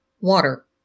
Water